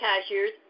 cashiers